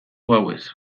gauez